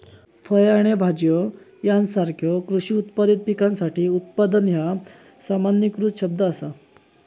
फळे आणि भाज्यो यासारख्यो कृषी उत्पादित पिकासाठी उत्पादन ह्या सामान्यीकृत शब्द असा